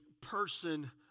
person